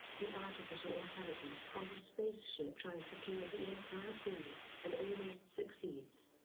the artificial intelligence on the spaceship tries to kill the entire crew and almost succeeds.